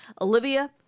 Olivia